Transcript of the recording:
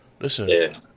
listen